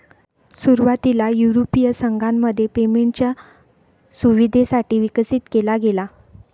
सुरुवातीला युरोपीय संघामध्ये पेमेंटच्या सुविधेसाठी विकसित केला गेला